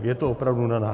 Je to opravdu na nás.